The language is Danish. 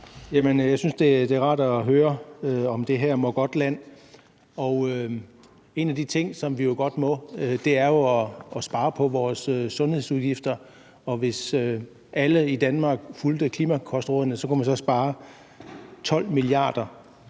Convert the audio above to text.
Jeg synes, det er rart at høre om det her Mågodtland. Og en af de ting, vi jo godt må, er at spare på vores sundhedsudgifter, og hvis alle i Danmark fulgte klimakostrådene, kunne man så spare 12 mia. kr.